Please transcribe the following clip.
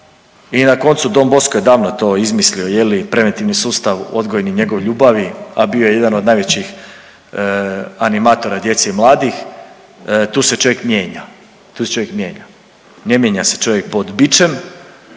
i na koncu Don Bosco je davno to izmislio je li preventivni sustav odgojni njegov ljubavi, a bio je jedan od najvećih animatora djece i mladih, tu se čovjek mijenja, tu se čovjek mijenja, ne mijenja se čovjek pod bičem,